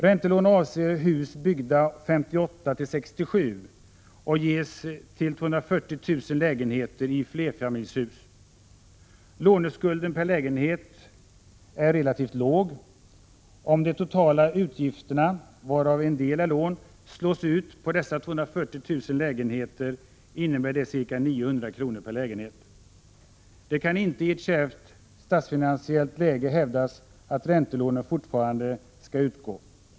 Räntelån avser hus byggda 1958-1967 och ges till 240 000 lägenheter i flerfamiljshus. Låneskulden per lägenhet är relativt låg. Om de totala utgifterna, varav en del är lån, slås ut på dessa 240 000 lägenheter, innebär det ca 900 kr. per lägenhet. Det kan inte i ett kärvt statsfinansiellt läge hävdas att räntelånen fortfarande skall utgå.